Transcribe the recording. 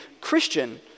Christian